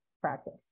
practice